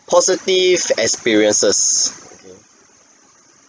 positive experiences okay